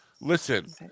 Listen